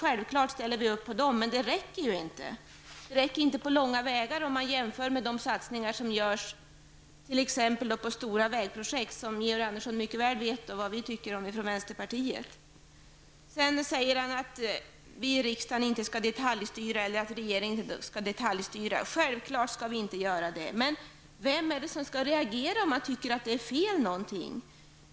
Självfallet ställer vi upp på dem, med det räcker ju inte på långa vägar om man jämför med satsningar som görs på t.ex. stora vägprojekt, som Georg Andersson mycket väl vet vad vi tycker om från vänsterpartiet. Sedan säger han att regeringen och riksdagen inte skall detaljstyra. Självklart inte. Men vem skall reagera om man tycker att någonting är fel?